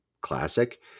classic